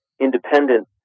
independent